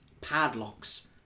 padlocks